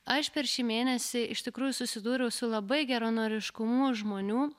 aš per šį mėnesį iš tikrųjų susidūriau su labai geranoriškumu žmonių